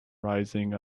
rising